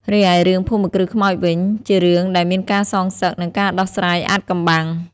រីឯរឿងភូមិគ្រឹះខ្មោចវិញ ជារឿងដែលមានការសងសឹក និងការដោះស្រាយអាថ៌កំបាំង។